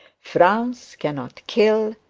frowns cannot kill,